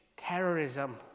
terrorism